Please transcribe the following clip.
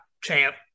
Champ